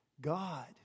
God